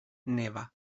neva